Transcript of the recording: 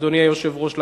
אדוני היושב-ראש.